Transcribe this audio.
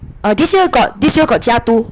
err this year got this year got 加 two